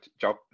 job